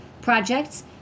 projects